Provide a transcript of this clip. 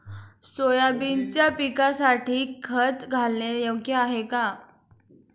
सोयाबीनच्या पिकासाठी खत घालणे योग्य आहे का?